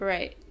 Right